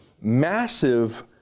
massive